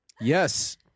Yes